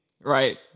Right